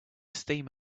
steam